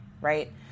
right